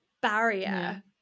barrier